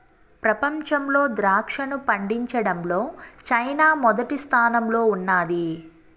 ప్రపంచంలో ద్రాక్షను పండించడంలో చైనా మొదటి స్థానంలో ఉన్నాది